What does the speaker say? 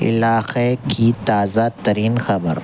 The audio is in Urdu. علاقے کی تازہ ترین خبر